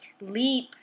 leap